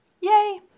yay